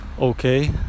okay